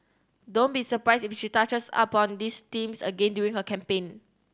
don't be surprised if she touches upon these themes again during her campaign